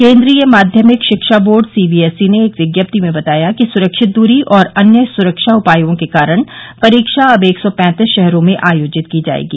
केंद्रीय माध्यमिक शिक्षा बोर्ड सीबीएसई ने एक विज्ञप्ति में बताया कि सुरक्षित दूरी और अन्य सुरक्षा उपायों के कारण परीक्षा अब एक सौ पैंतीस शहरों में आयोजित की जाएगी